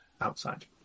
Outside